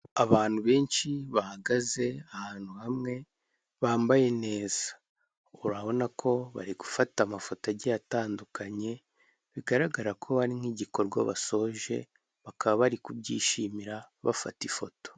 Abantu benshi bahagaze ahantu hamwe bambaye neza urabona ko bari gufata amafoto agiye atandukanye bigaragara ko ari nk'igikorwa basoje bakaba bari kubyishimira bafata ifoto.